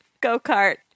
go-kart